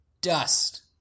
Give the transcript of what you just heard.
Dust